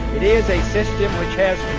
it is a system which has